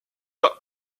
car